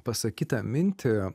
pasakytą mintį